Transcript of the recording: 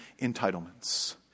entitlements